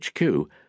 HQ